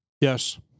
Yes